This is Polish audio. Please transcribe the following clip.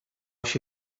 się